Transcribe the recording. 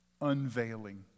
Unveiling